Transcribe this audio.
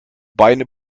beine